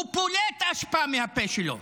הוא פולט אשפה מהפה שלו,